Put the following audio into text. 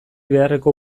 beharreko